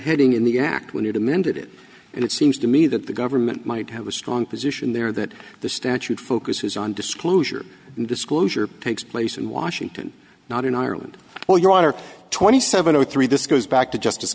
heading in the act when it amended it it seems to me that the government might have a strong position there that the statute focuses on disclosure and disclosure takes place in washington not in ireland well your honor twenty seven zero three this goes back to justice